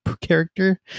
character